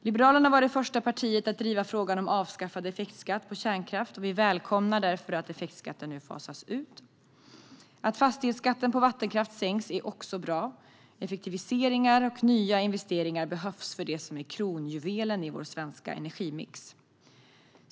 Liberalerna var det första partiet att driva frågan om avskaffad effektskatt på kärnkraft, och vi välkomnar därför att effektskatten nu fasas ut. Att fastighetsskatten på vattenkraft sänks är också bra. Effektiviseringar och nya investeringar behövs för det som är kronjuvelen i vår svenska energimix.